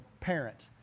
parent